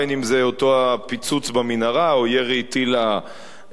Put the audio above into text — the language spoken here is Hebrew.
בין שזה אותו הפיצוץ במנהרה ובין שזה ירי טיל הנ"ט,